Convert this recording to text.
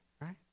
right